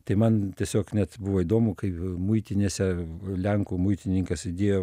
tai man tiesiog net buvo įdomu kaip muitinėse lenkų muitininkas įdėjo